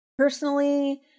Personally